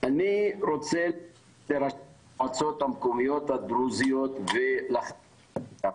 אני רוצה המועצות המקומיות הדרוזיות ו- - (שיבוש טכני בזום)